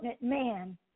man